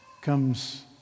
comes